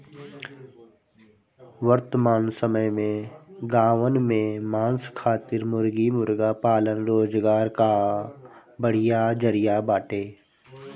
वर्तमान समय में गांवन में मांस खातिर मुर्गी मुर्गा पालन रोजगार कअ बढ़िया जरिया बाटे